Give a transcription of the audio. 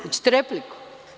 Hoćete repliku?